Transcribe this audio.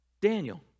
Daniel